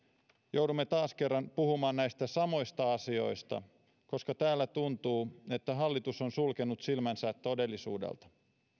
joudumme taas kerran puhumaan näistä samoista asioista koska täällä tuntuu että hallitus on sulkenut silmänsä todellisuudelta